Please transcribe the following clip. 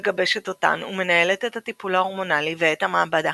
מגבשת אותן ומנהלת את הטיפול ההורמונלי ואת המעבדה.